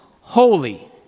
holy